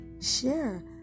share